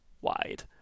wide